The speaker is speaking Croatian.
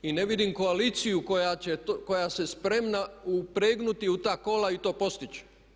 I ne vidim koaliciju koja se spremna upregnuti u ta kola i to postići.